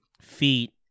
feet